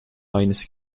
aynısı